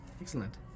Excellent